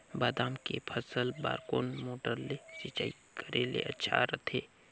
बादाम के के फसल बार कोन मोटर ले सिंचाई करे ले अच्छा रथे?